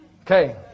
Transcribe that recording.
Okay